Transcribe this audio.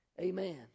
amen